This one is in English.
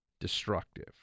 destructive